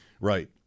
Right